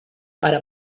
para